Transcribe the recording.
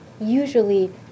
usually